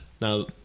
Now